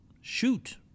shoot